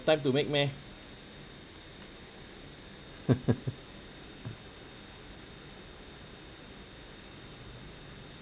time to make meh